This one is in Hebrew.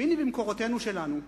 והנה, במקורותינו שלנו,